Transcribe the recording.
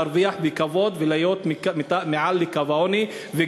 להרוויח בכבוד ולהיות מעל לקו העוני.